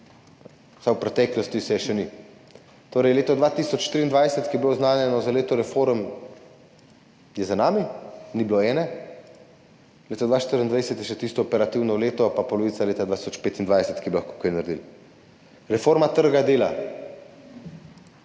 v preteklosti se je še ni. Torej, leto 2023, ki je bilo oznanjeno za leto reform, je za nami, ni bilo eno leto, leto 2024 je še tisto operativno leto in polovica leta 2025, ko bi lahko kaj naredili. Reforma trga dela.